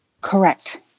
Correct